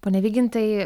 pone vygintai